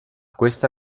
queste